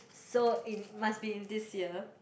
so in must be in this year